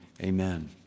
Amen